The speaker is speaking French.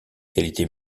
qualités